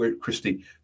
Christie